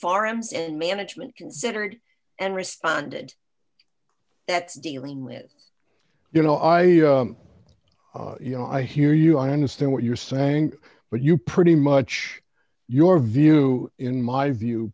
forums and management considered and responded that's the real writ you know i you know i hear you i understand what you're saying but you pretty much your view in my view